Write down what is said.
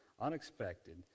unexpected